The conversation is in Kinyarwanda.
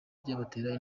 byabatera